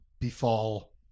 befall